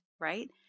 Right